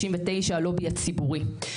הלובי הציבורי.